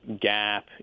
gap